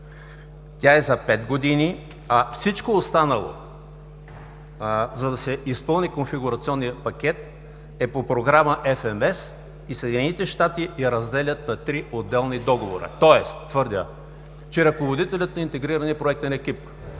Тя е за пет години, а всичко останало, за да се изпълни конфигурационният пакет, е по Програма FMS, и Съединените щати я разделят на три отделни договора. Тоест твърдя, че ръководителят на интегрирания проектен екип